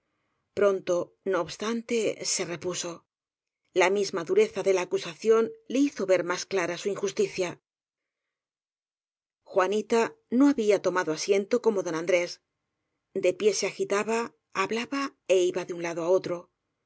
pronto no obstante se repuso la misma dureza de la acusa ción le hizo ver más clara su injusticia juanita no había tomado asiento como don an drés de pie se agitaba hablaba é iba de un lado á otro